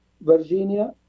Virginia